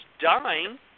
dying